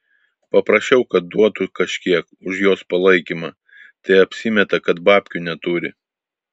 paprašiau kad duotų kažkiek už jos palaikymą tai apsimeta kad babkių neturi